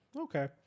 okay